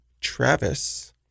Travis